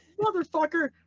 motherfucker